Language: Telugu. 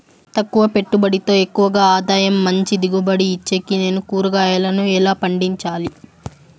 తక్కువ పెట్టుబడితో ఎక్కువగా ఆదాయం మంచి దిగుబడి ఇచ్చేకి నేను కూరగాయలను ఎలా పండించాలి?